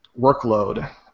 workload